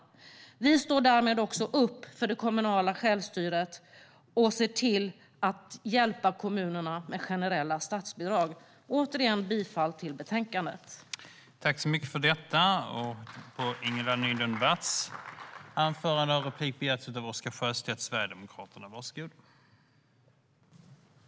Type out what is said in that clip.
Vi står därmed också upp för det kommunala självstyret och ser till att hjälpa kommunerna med generella statsbidrag. Jag yrkar återigen bifall till utskottets förslag i betänkandet!